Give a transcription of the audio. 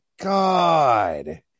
god